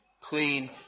clean